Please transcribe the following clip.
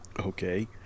Okay